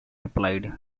replied